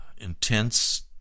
intense